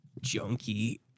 Junkie